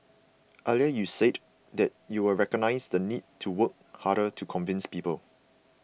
earlier you said that you recognise the need to work harder to convince people